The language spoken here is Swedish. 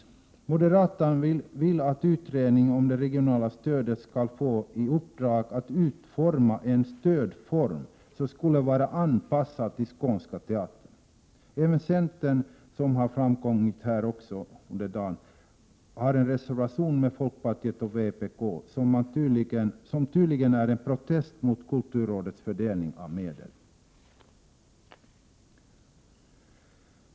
Moderaterna vill att utredningen om det regionala stödet skall få i uppdrag att utforma en stödform som är anpassad till Skånska teatern. Även centern är, som har framgått under dagens debatt, med på en reservation — tillsammans med folkpartiet och vpk — som tydligen är en protest mot kulturrådets fördelning av medel.